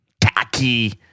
tacky